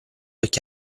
occhi